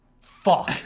Fuck